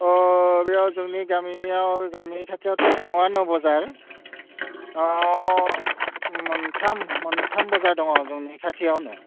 अ बेयो जोंनि गामियाव गामि खाथियावथ' दङआनो बाजार अ मोनथाम मोनथाम बाजार दङ जोंनि खाथियावनो